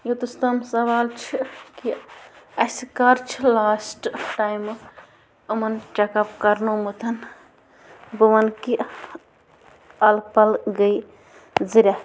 یوتَستام سوال چھِ کہِ اَسہِ کَر چھِ لاسٹ ٹایِمہٕ یِمَن چَک اَپ کرنومُت بہٕ وَنہٕ کہِ اَلہٕ پَلہٕ گٔے زٕ رٮ۪تھ